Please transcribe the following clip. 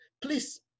please